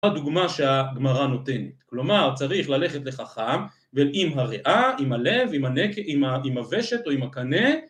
הדוגמה שהגמרא נותנת, כלומר צריך ללכת לחכם ועם הריאה, עם הלב, עם הוושט או עם הקנה...